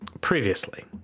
previously